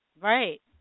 Right